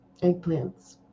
Eggplants